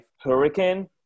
hurricane